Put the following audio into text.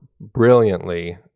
brilliantly